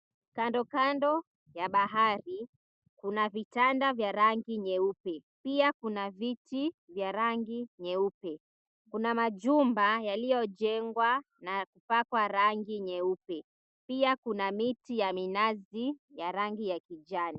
Kando kando ya bahari , kuna vitanda vya rangi nyeupe , pia kuna viti vya rangi nyeupe. Kuna majumba yaliyojengwa na kupakwa rangi nyeupe. Pia kuna miti ya minazi ya rangi ya kijani.